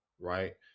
right